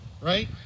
right